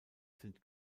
sind